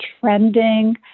trending